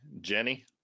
Jenny